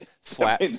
flat